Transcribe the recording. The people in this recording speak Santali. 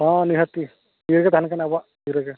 ᱦᱮᱸ ᱱᱤᱦᱟᱹᱛᱤ ᱱᱤᱭᱟᱹᱜᱮ ᱛᱟᱦᱮᱱ ᱠᱟᱱᱟ ᱟᱵᱚᱣᱟᱜ ᱜᱮ